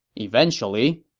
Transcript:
eventually.